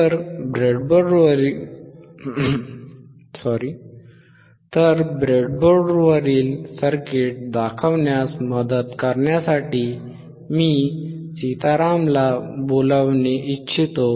तर ब्रेडबोर्डवरील सर्किट दाखवण्यास मदत करण्यासाठी मी सीतारामला बोलावणे इच्छितो